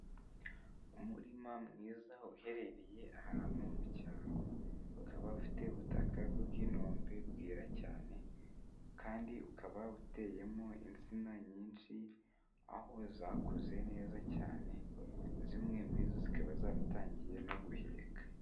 Umurima mwiza uherereye ahantu mu cyaro, ukaba ufite ubutaka bw'inombe bwera cyane, kandi ukaba uteyemo insina nyinshi aho zakuze neza cyane zimwe muri zo zikaba zaratangiye no guheka.